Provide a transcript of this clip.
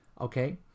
Okay